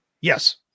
Yes